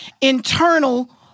internal